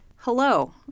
Hello